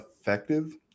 effective